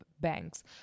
banks